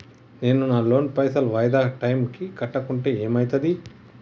నేను నా లోన్ పైసల్ వాయిదా టైం కి కట్టకుంటే ఏమైతది?